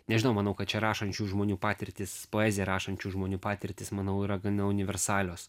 nežinau manau kad čia rašančių žmonių patirtys poeziją rašančių žmonių patirtys manau yra gana universalios